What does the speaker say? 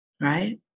right